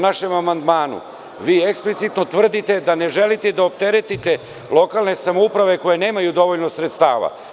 Vi eksplicitno tvrdite da ne želite da opteretite lokalne samouprave koje nemaju dovoljno sredstava.